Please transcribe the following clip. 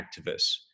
activists